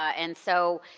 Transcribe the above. and so,